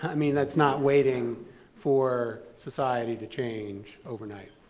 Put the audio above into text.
i mean that's not waiting for society to change overnight?